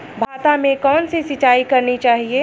भाता में कौन सी सिंचाई करनी चाहिये?